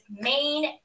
main